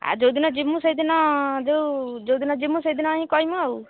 ଆଉ ଯେଉଁ ଦିନ ଯିମୁ ସେଇଦିନ ଯେଉଁ ଯେଉଁ ଦିନ ଯିମୁ ସେଇ ଦିନ ହିଁ କହିମୁ ଆଉ